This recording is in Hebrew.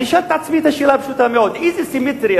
אני שאלתי שאלה פשוטה מאוד: איזו סימטריה,